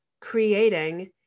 creating